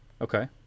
Okay